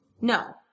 No